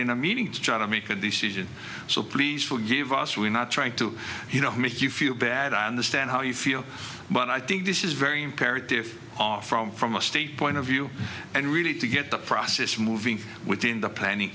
in a meeting to try to make a decision so please forgive us we're not trying to you know make you feel bad i understand how you feel but i think this is very imperative off from from a state point of view and really to get the process moving within the planning